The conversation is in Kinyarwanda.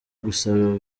gusaba